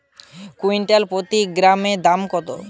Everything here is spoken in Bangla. কুইন্টাল প্রতি গমের দাম কত?